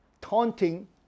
taunting